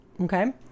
Okay